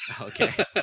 Okay